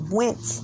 went